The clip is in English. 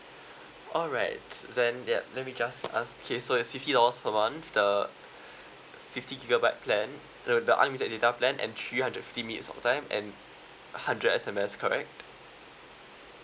alright then ya let me just ask okay so it's fifty dollars per month the fifty gigabyte plan the the unlimited data plan and three hundred fifty minutes talk time and hundred S_M_S correct